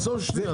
עצור שנייה.